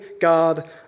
God